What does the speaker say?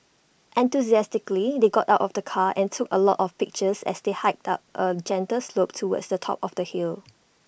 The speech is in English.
enthusiastically they got out of the car and took A lot of pictures as they hiked up A gentle slope towards the top of the hill